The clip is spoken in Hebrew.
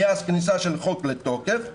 מאז כניסה של החוק לתוקף,